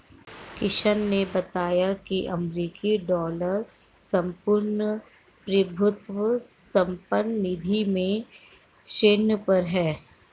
किशन ने बताया की अमेरिकी डॉलर संपूर्ण प्रभुत्व संपन्न निधि में शीर्ष पर है